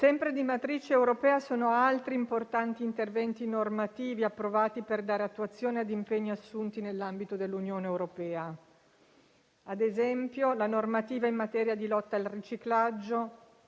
Sempre di matrice europea sono altri importanti interventi normativi approvati per dare attuazione ad impegni assunti nell'ambito dell'Unione europea: ad esempio, la normativa in materia di lotta al riciclaggio,